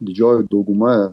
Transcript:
didžioji dauguma